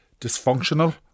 dysfunctional